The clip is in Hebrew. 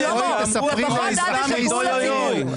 שלמה, לפחות אל תשקרו לציבור.